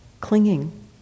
clinging